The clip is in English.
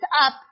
up